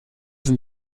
sind